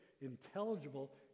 Intelligible